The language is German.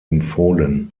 empfohlen